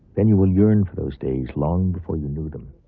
then you will yearn for those days long before you knew them.